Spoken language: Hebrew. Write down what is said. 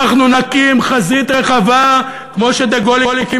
אנחנו נקים חזית רחבה כמו שדה-גול הקים